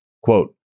Quote